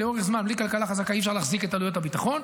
לאורך זמן בלי כלכלה חזקה אי-אפשר להחזיק את עלויות הביטחון,